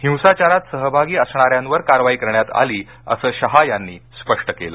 हिंसाचारात सहभागी असणार्यांवर कारवाई करण्यात आली असं शहा यांनी स्पष्ट केलं